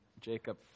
Jacob